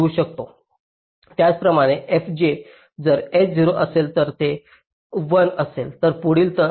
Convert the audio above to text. त्याचप्रमाणे fj जर s 0 असेल तर हे 1 असेल तर पुढील